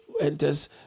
enters